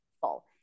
full